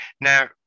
Now